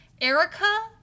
Erica